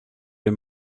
les